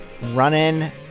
running